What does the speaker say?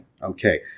Okay